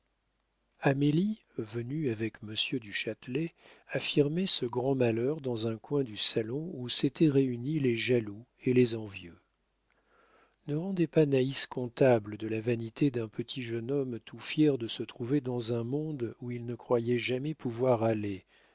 amélie venue avec monsieur du châtelet affirmait ce grand malheur dans un coin du salon où s'étaient réunis les jaloux et les envieux ne rendez pas naïs comptable de la vanité d'un petit jeune homme tout fier de se trouver dans un monde où il ne croyait jamais pouvoir aller